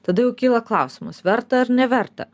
tada jau kyla klausimas verta ar neverta